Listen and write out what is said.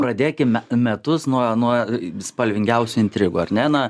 pradėkime metus nuo nuo spalvingiausių intrigų ar ne na